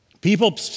People